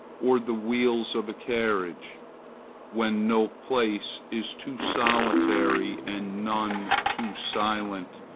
or the wheels of a carriage when no place is too solitary and none too silent,